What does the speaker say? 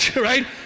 right